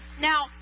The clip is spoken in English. Now